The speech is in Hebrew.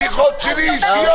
בשיחות שלי אישיות איתו.